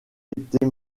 été